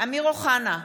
אמיר אוחנה,